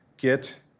get